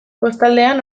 kostaldean